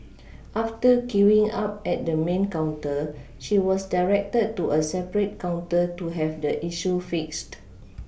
after queuing up at the main counter she was directed to a separate counter to have the issue fixed